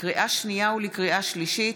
לקריאה שנייה ולקריאה שלישית,